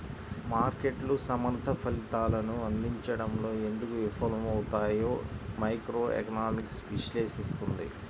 మార్కెట్లు సమర్థ ఫలితాలను అందించడంలో ఎందుకు విఫలమవుతాయో మైక్రోఎకనామిక్స్ విశ్లేషిస్తుంది